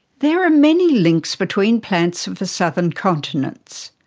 there are many links between plants of the southern continents.